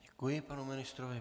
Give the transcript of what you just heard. Děkuji panu ministrovi.